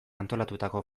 antolatutako